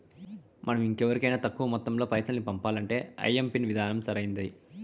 మనం ఇంకెవరికైనా తక్కువ మొత్తంలో పైసల్ని పంపించాలంటే ఐఎంపిన్ విధానం సరైంది